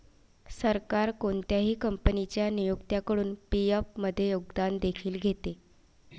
सरकार कोणत्याही कंपनीच्या नियोक्त्याकडून पी.एफ मध्ये योगदान देखील घेते